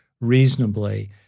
reasonably